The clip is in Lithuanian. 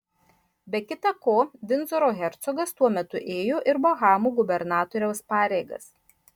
be kita ko vindzoro hercogas tuo metu ėjo ir bahamų gubernatoriaus pareigas